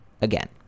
Again